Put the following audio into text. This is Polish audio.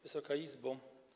Wysoka Izbo!